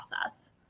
process